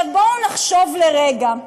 בואו נחשוב לרגע,